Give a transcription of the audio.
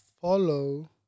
follow